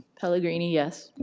pellegrini, yes.